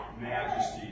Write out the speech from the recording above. majesty